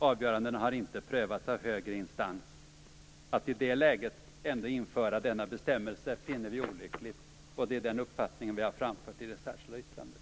Avgörandena har inte prövats av högre instans. Att i det läget ändå införa denna bestämmelse finner vi olyckligt, och det är den uppfattningen vi har framfört i det särskilda yttrandet.